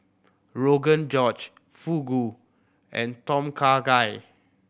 Rogan Josh Fugu and Tom Kha Gai